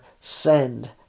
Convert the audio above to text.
send